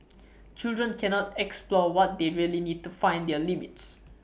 children cannot explore what they really need to find their limits